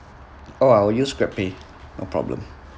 oh I will use grab pay no problem